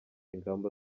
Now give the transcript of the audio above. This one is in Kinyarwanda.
ingamba